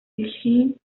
дэлхийн